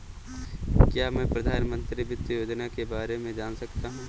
क्या मैं प्रधानमंत्री वित्त योजना के बारे में जान सकती हूँ?